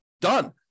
Done